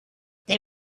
they